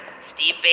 Steve